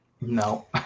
No